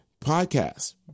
podcast